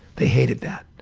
they hated that.